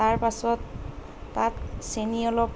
তাৰ পাছত তাত চেনি অলপ